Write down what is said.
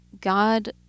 god